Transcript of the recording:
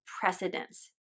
precedence